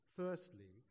firstly